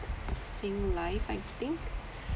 SingLife I think